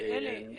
אלי,